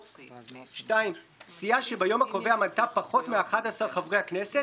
השרים, חבריי חברי הכנסת,